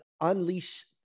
unleash